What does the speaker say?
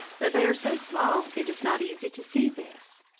but they are so small it is not easy to see this.